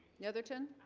netherton